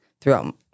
throughout